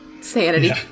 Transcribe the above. sanity